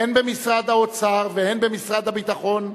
הן במשרד האוצר והן במשרד הביטחון,